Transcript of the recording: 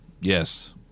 Yes